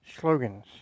Slogans